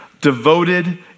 devoted